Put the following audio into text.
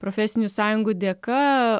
profesinių sąjungų dėka